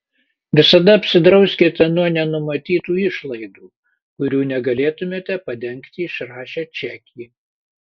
visada apsidrauskite nuo nenumatytų išlaidų kurių negalėtumėte padengti išrašę čekį